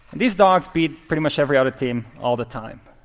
these dogs beat, pretty much, every other team all the time.